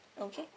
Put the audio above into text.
okay